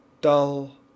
dull